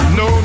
no